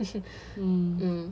um